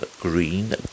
green